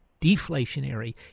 deflationary